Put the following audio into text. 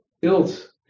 built